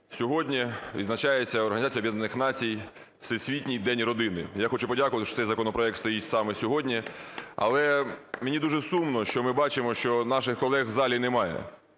Об'єднаних Націй Всесвітній день родини. Я хочу подякувати, що цей законопроект стоїть саме сьогодні. Але мені дуже сумно, що ми бачимо, що наших колег в залі немає.